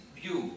view